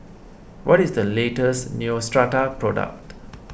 what is the latest Neostrata product